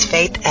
Faith